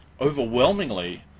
overwhelmingly